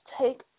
take